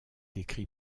écrit